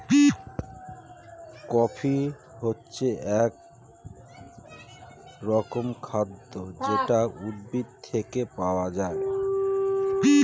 coffee হচ্ছে এক রকমের খাদ্য যেটা উদ্ভিদ থেকে পাওয়া যায়